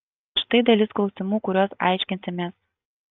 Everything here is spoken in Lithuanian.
štai dalis klausimų kuriuos aiškinsimės